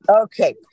Okay